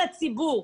הציבור.